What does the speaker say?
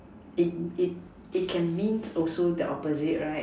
it it it can means also the opposite right